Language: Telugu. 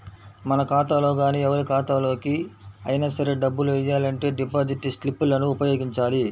మన ఖాతాలో గానీ ఎవరి ఖాతాలోకి అయినా సరే డబ్బులు వెయ్యాలంటే డిపాజిట్ స్లిప్ లను ఉపయోగించాలి